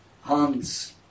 Hans